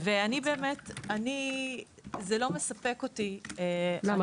התשובות לא מספקות אותי.